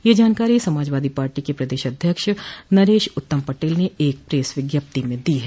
यह जानकारी समाजवादी पार्टी के प्रदेश अध्यक्ष नरेश उत्तम पटेल ने एक प्रेस विज्ञप्ति में दी है